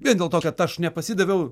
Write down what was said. vien dėl to kad aš nepasidaviau